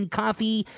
coffee